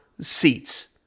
seats